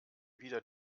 wieder